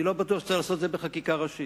אני לא בטוח שצריך לעשות את זה בחקיקה ראשית.